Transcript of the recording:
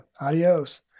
Adios